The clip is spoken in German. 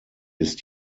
ist